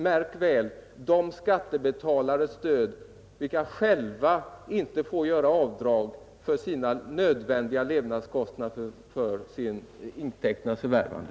Märk väl: de skattebetalares stöd vilka själva inte får göra avdrag för sina nödvändiga kostnader för intäkternas förvärvande.